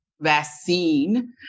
vaccine